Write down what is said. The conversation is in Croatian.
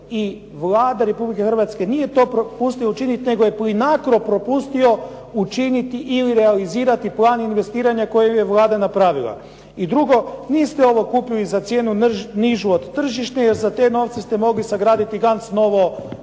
I Vlada Republike Hrvatske nije to propustila učiniti nego je Plinacro je propustio učiniti ili realizirati plan investiranja koji je Vlada napravila. I drugo. Niste ovo kupili za cijenu nižu od tržišne, jer za te novce ste mogli sagraditi ganc novo